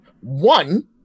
One